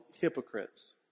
hypocrites